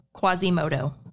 Quasimodo